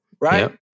Right